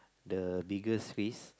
the biggest risk